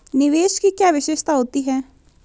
निवेश की क्या विशेषता होती है?